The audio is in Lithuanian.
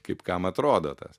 kaip kam atrodo tas